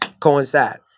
coincide